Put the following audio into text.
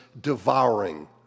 devouring